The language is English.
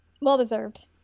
well-deserved